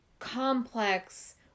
complex